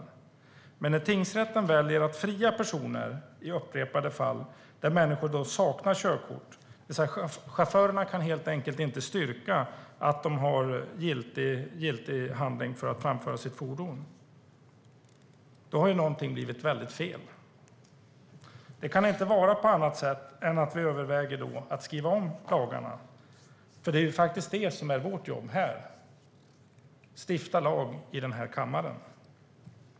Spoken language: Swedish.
Men när tingsrätten i upprepade fall väljer att fria personer som saknar körkort, det vill säga där förarna inte har kunnat styrka att de har giltig handling för att framföra sitt fordon, då har något blivit väldigt fel. Det kan inte vara på annat sätt än att vi då överväger att skriva om lagarna. Det är ju det som är vårt jobb här i kammaren, att stifta lag.